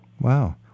Wow